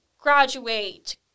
graduate